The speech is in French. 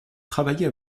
travaillait